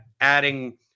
adding